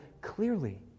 clearly